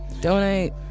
Donate